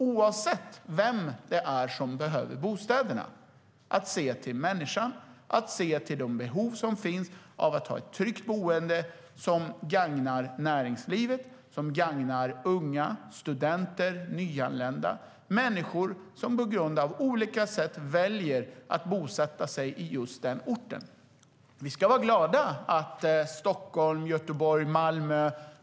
Det handlar om att se till människan och de behov som finns av att ha ett tryggt boende - oavsett vem som behöver bostäderna. Det gagnar näringslivet, och det gagnar unga, studenter och nyanlända - människor som på grund av olika saker väljer att bosätta sig på just den orten. Vi ska vara glada att Stockholm, Göteborg och Malmö växer.